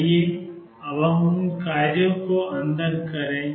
आइए हम उन कार्यों को अंदर करें